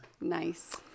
nice